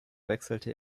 wechselte